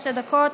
שתי דקות.